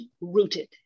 Rooted